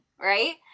Right